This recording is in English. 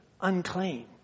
unclean